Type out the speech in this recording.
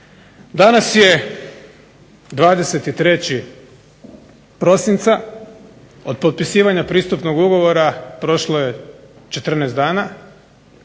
Danas je 23. prosinca, od potpisivanja pristupnog ugovora prošlo je 14 dana,